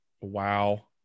wow